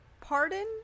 Pardon